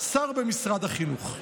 שר במשרד החינוך.